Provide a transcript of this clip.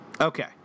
Okay